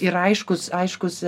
ir aiškūs aiškūs